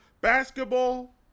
basketball